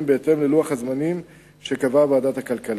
בהתאם ללוח הזמנים שקבעה ועדת הכלכלה,